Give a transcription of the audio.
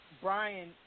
Brian